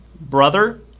brother